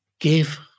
Give